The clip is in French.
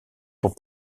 pour